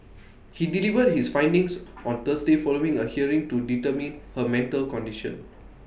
he delivered his findings on Thursday following A hearing to determine her mental condition